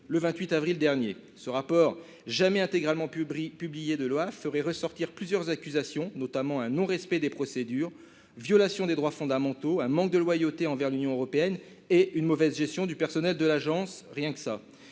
le 28 avril dernier. Ce rapport de l'Olaf, jamais intégralement publié, ferait ressortir plusieurs accusations, notamment un non-respect des procédures, des violations des droits fondamentaux, un manque de loyauté envers l'Union européenne et une mauvaise gestion du personnel de l'agence- rien que ça